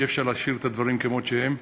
אי-אפשר להשאיר את הדברים כמות שהם.